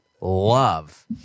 love